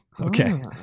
Okay